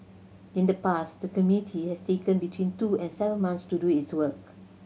in the past the committee has taken between two and seven months to do its work